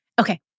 Okay